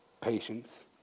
patience